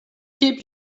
keep